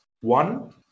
One